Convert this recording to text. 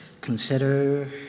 consider